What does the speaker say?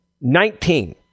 Nineteen